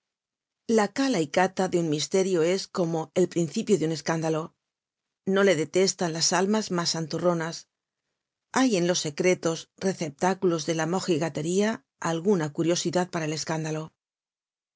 la cala y cata de un misterio es como el principio de un escándalo no le detestan las almas mas santurronas hay en los secretos receptáculos de la mojigatería alguna curiosidad para el escándalo